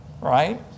right